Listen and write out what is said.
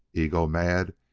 ego-mad,